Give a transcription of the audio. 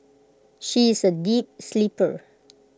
she is A deep sleeper